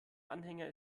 anhänger